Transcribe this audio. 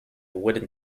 wooden